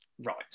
right